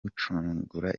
gucungura